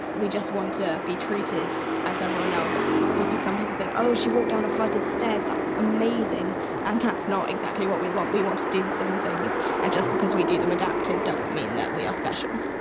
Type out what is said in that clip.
we just want to be treated as everyone else because some people think oh she walked down a flight of stairs, that's amazing and that's not exactly what we want, we want to do the same things and just because we do them adapted doesn't mean that we are special